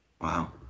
Wow